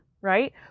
right